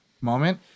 moment